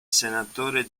senatore